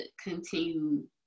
continue